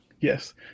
Yes